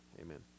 amen